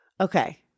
Okay